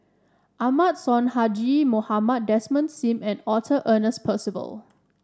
Ahmad Sonhadji Mohamad Desmond Sim and Arthur Ernest Percival